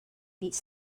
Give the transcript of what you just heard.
needs